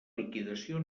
liquidació